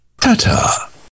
Ta-ta